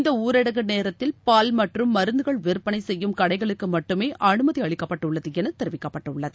இந்த ஊரடங்கு நேரத்தில் பால் மற்றும் மருந்துகள் விற்பனை செய்யும் கடைகளுக்கு மட்டுமே அமைதி அளிக்கப்பட்டுள்ளது என தெரிவிக்கப்பட்டுள்ளது